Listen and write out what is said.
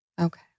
Okay